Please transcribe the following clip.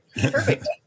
Perfect